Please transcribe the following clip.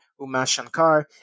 Umashankar